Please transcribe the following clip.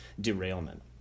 derailment